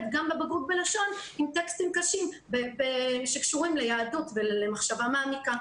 גם בבגרות בלשון עם טקסטים קשים שקשורים ליהדות ולמחשבה מעמיקה.